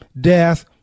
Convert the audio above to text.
death